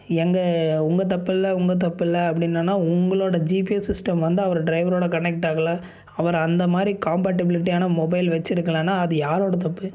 எங்கள் உங்கள் தப்பில்லை உங்கள் தப்பில்லை அப்படின்னா உங்களோடய ஜிபிஎஸ் சிஸ்டம் வந்த அவர் ட்ரைவரோடு கனெக்ட் ஆகலை அவர் அந்த மாதிரி காம்பட்டிபிலிட்டியான மொபைல் வச்சிருக்கலனால் அது யாரோடய தப்பு